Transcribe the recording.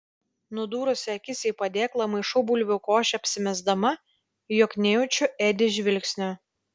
nudūrusi akis į padėklą maišau bulvių košę apsimesdama jog nejaučiu edi žvilgsnio